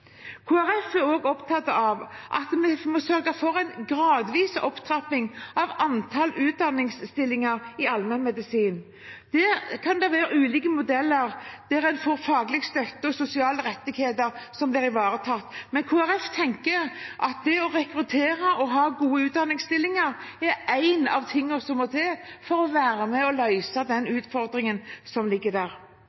Folkeparti er også opptatt av at vi må sørge for en gradvis opptrapping av antall utdanningsstillinger i allmennmedisin. Der kan det være ulike modeller for å ivareta faglig støtte og sosiale rettigheter, men Kristelig Folkeparti tenker at det å rekruttere og ha gode utdanningsstillinger er en av tingene som må til for å være med og løse den